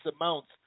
amounts